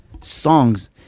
songs